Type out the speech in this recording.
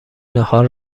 ناهار